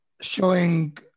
showing